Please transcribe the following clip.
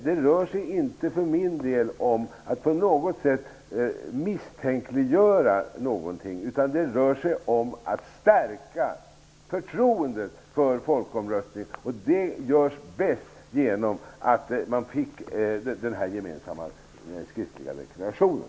Det rör sig inte för min del om att på något sätt misstänkliggöra någonting. Det rör sig om att stärka förtroendet för folkomröstningen. Det görs bäst genom att man får den här gemensamma skriftliga deklarationen.